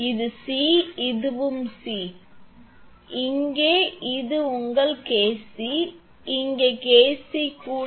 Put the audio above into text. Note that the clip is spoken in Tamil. இது C இதுவும் C இதுவும் C இதுவும் இங்கே இது உங்கள் KC இங்கே KC கூட